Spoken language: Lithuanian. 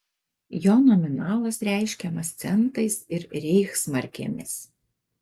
jo nominalas reiškiamas centais ir reichsmarkėmis